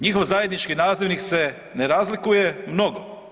Njihov zajednički nazivnik se ne razlikuje mnogo.